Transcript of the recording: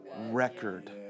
record